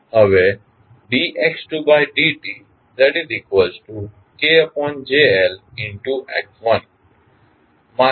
હવે d x2d tKJLx1t માંથી